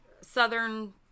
southern